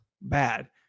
bad